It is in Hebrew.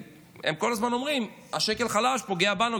כי הם כל הזמן אומרים: שקל חלש פוגע בנו,